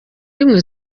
rimwe